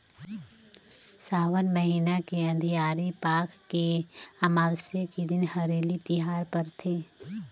सावन महिना के अंधियारी पाख के अमावस्या के दिन हरेली तिहार परथे